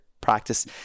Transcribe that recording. practice